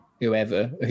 whoever